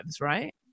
right